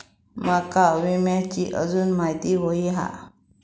माका विम्याची आजून माहिती व्हयी हा?